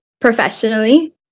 professionally